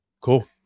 Cool